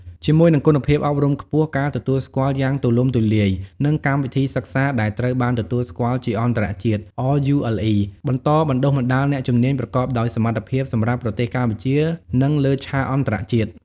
ជាមួយនឹងគុណភាពអប់រំខ្ពស់ ការទទួលស្គាល់យ៉ាងទូលំទូលាយ និងកម្មវិធីសិក្សាដែលត្រូវបានទទួលស្គាល់ជាអន្តរជាតិ RULE បន្តបណ្តុះបណ្តាលអ្នកជំនាញប្រកបដោយសមត្ថភាពសម្រាប់ប្រទេសកម្ពុជា និងលើឆាកអន្តរជាតិ។